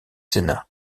sénat